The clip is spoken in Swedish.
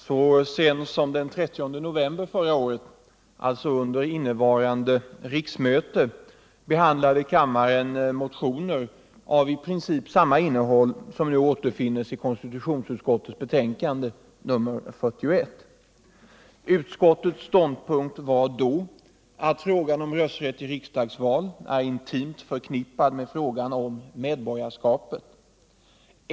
Herr talman! Så sent som den 30 november förra året, alltså under innevarande riksmöte, behandlade kammaren motioner av i princip samma innehåll som det som nu återfinns i konstitutionsutskottets betänkande nr 41. Utskottets ståndpunkt var då att frågan om rösträtt i riksdagsval är intimt förknippad med frågan om medborgarskap.